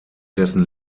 dessen